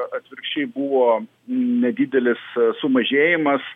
atvirkščiai buvo nedidelis sumažėjimas